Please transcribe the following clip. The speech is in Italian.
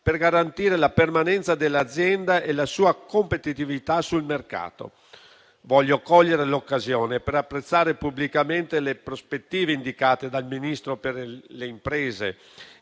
a garantire la permanenza dell'azienda e la sua competitività sul mercato. Voglio cogliere l'occasione per apprezzare pubblicamente le prospettive indicate dal ministro delle imprese